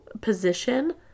position